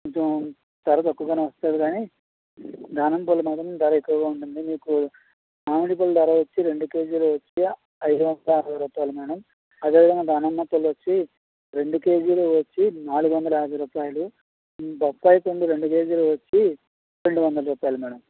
కొంచెం ధర తక్కువుగానే వస్తుంది కాని దానిమ్మ పళ్ళు మాత్రం ధర ఎక్కువుగా ఉంటుంది మీకు మామిడి పళ్ళు ధర వచ్చి రెండు కేజీలు వచ్చి ఐదు వందల అరవై రూపాయలు మేడం అదే విధంగా దానిమ్మ పళ్ళు వచ్చి రెండు కేజీలు వచ్చి నాలుగు వందల యాభై రూపాయలు బొప్పాయి పండు రెండు కేజీలు వచ్చి రెండు వందల రూపాయలు మేడం